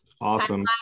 Awesome